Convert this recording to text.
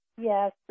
Yes